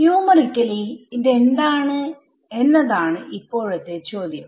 numerically ഇതെന്താണ് എന്നതാണ് ഇപ്പോഴത്തെ ചോദ്യം